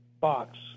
box